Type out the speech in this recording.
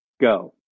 go